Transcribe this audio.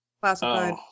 Classified